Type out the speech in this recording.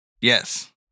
Yes